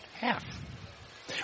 Half